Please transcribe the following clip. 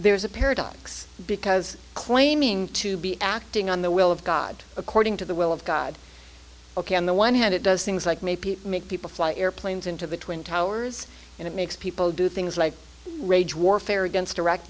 there is a paradox because claiming to be acting on the will of god according to the will of god ok on the one hand it does things like maybe make people fly airplanes into the twin towers and it makes people do things like rage warfare against iraq